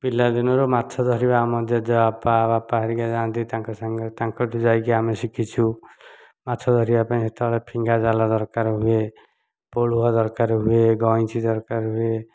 ପିଲାଦିନରୁ ମାଛ ଧରିବା ଆମ ଜେଜେବାପା ବାପା ହେରିକା ଯାଆନ୍ତି ତାଙ୍କ ସାଙ୍ଗରେ ତାଙ୍କଠୁ ଯାଇକି ଆମେ ଶିଖିଛୁ ମାଛ ଧରିବା ପାଇଁ ସେତେବେଳେ ଫିଙ୍ଗା ଜାଲ ଦରକାର ହୁଏ ପୋଳୁହ ଦରକାର ହୁଏ ଗଇଁଛି ଦରକାର ହୁଏ